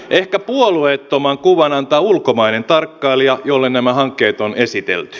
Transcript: ehkä puolueettoman kuvan antaa ulkomainen tarkkailija jolle nämä hankkeet on esitelty